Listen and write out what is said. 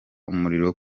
umuriro